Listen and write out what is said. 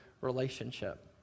relationship